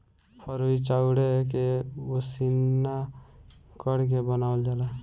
फरुई चाउरे के उसिना करके बनावल जाला